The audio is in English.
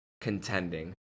contending